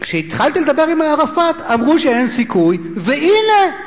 כשהתחלתי לדבר עם ערפאת אמרו שאין סיכוי, והנה.